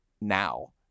now